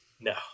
no